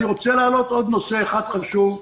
אני רוצה להעלות עוד נושא אחד חשוב,